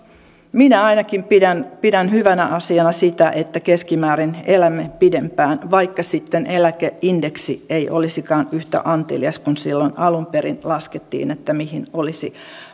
minä ainakin pidän pidän hyvänä asiana sitä että keskimäärin elämme pidempään vaikka sitten eläkeindeksi ei olisikaan yhtä antelias kuin silloin alun perin laskettiin mihin olisi